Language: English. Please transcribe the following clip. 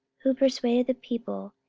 who persuaded the people,